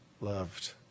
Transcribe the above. loved